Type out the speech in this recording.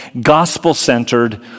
gospel-centered